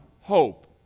hope